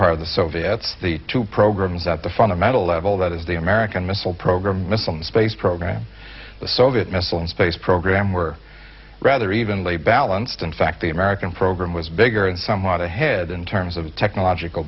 part of the soviets the two programs that the fundamental level that is the american missile program missile the space program the soviet missile and space program were rather evenly balanced in fact the american program was bigger and somewhat ahead in terms of the technological